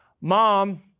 mom